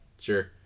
sure